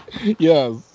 Yes